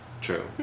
True